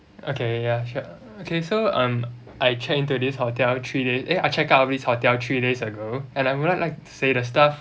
okay ya sure okay so um I check in to this hotel three days eh I check out of this hotel three days ago and I would like like to say the staff